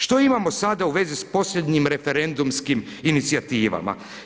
Što imamo sada u vezi s posljednjim referendumskim inicijativama?